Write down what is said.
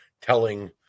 telling